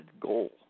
goal